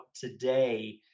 today